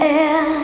air